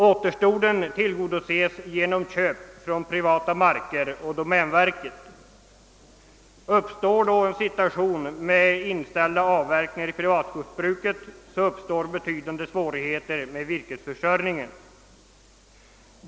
Återstoden tillgodoses genom köp från privata marker och domänverket. Uppstår då en situation med inställande av avverkningar inom det privata skogsbruket innebär det betydande svårigheter med virkesförsörjningen.